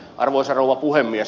arvoisa rouva puhemies